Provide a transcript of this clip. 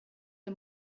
der